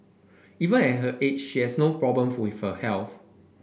even at her age she has no problem with her health